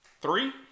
Three